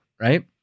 right